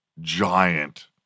giant